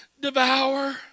Devour